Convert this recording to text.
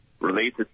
related